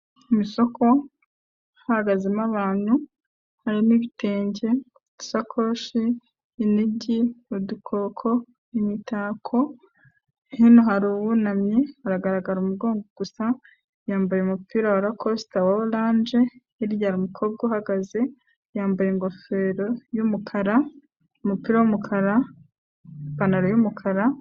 Iri soko hahagazemo abantu, harimo nibitenge, isakoshi, inigi, udukoko, imitako, heno hari uwunamye aragaragara mu gongo gusa, yambaye umupira wa rakosita wa oranje, hirya hari umukobwa uhagaze yambara ingofero y'umukara, umupira w'umukara, ipantaro y'umukara.